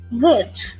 good